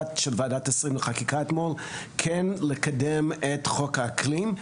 של ועדת השרים לחקיקה אתמול לקדם את חוק האקלים.